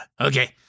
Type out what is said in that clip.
okay